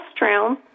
restroom